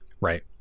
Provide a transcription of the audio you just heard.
right